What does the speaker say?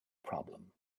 problem